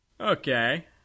Okay